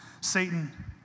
Satan